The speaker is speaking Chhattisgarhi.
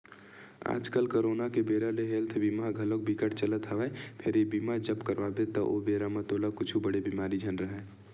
आजकल करोना के बेरा ले हेल्थ बीमा ह घलोक बिकट चलत हवय फेर ये बीमा जब करवाबे त ओ बेरा म तोला कुछु बड़े बेमारी झन राहय